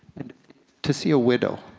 and to see a widow